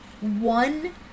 one